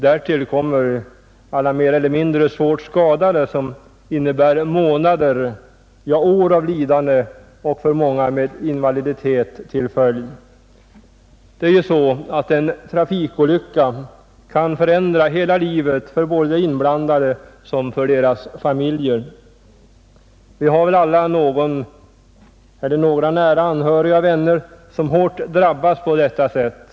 Därtill kommer alla mer eller mindre svårt skadade som i månader, ja år får utstå lidanden, för många med invaliditet som följd. En trafikolycka kan förändra hela livet för både de inblandade och deras familjer. Vi har väl alla någon eller några nära anhöriga och vänner som hårt drabbats på detta sätt.